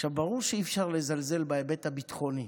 ברור שאי-אפשר לזלזל בהיבט הביטחוני,